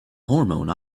hormone